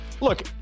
Look